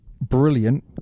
brilliant